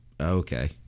Okay